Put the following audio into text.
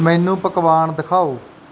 ਮੈਨੂੰ ਪਕਵਾਨ ਦਿਖਾਓ